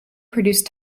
produced